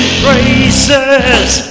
praises